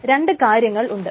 അതിൽ രണ്ടു കാര്യങ്ങൾ ഉണ്ട്